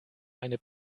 eine